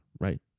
Right